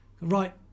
right